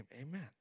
amen